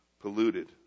polluted